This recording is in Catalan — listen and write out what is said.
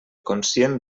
conscient